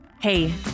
Hey